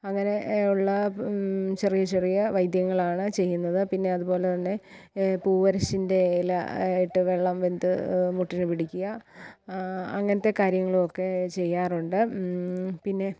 അങ്ങിനെയുള്ള ചെറിയ ചെറിയ വൈദ്യങ്ങളാണ് ചെയ്യുന്നത് പിന്നെ അതുപോലെ തന്നെ പൂവരശിൻ്റെ ഇല ഇട്ടു വെള്ളം വെന്തു മുട്ടിനു പിടിക്കുക അങ്ങിനത്തെ കാര്യങ്ങളൊക്കെ ചെയ്യാറുണ്ട്